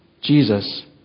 Jesus